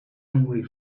hungry